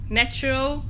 natural